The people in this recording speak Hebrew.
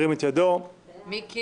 מי נגד?